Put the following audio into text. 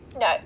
No